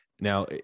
Now